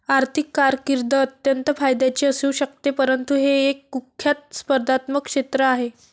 आर्थिक कारकीर्द अत्यंत फायद्याची असू शकते परंतु हे एक कुख्यात स्पर्धात्मक क्षेत्र आहे